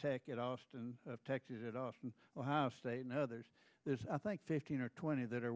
take it austin texas at austin state and others there's i think fifteen or twenty that are